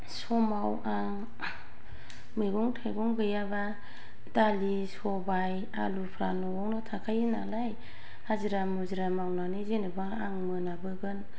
समाव आं मैगं थाइगं गैयाबा दालि सबाय आलुफ्रा न'आवनो थाखायो नालाय हाजिरा मुजिरा मावनानै जेनबा आं मोनाबोगोन